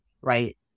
right